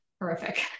horrific